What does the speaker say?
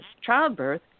childbirth